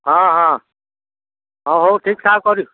ହଁ ହଁ ହଁ ହଉ ଠିକ୍ଠାକ୍ କର